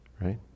right